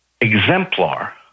exemplar